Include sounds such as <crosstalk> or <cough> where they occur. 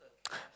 <noise>